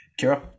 Kira